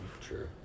True